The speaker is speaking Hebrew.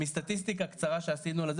מסטטיסטיקה קצרה שעשינו לזה,